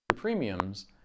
premiums